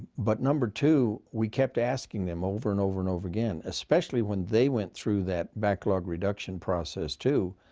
but number two, we kept asking them over and over and over again, especially when they went through that backlog reduction process too,